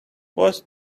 what